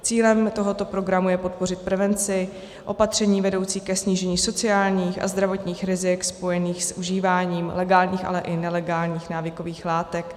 Cílem tohoto programu je podpořit prevenci opatření vedoucích ke snížení sociálních a zdravotních rizik spojených s užíváním legálních, ale i nelegálních návykových látek.